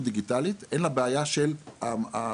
דיגיטלית ואין לה בעיה של הפלטפורמה,